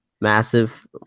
massive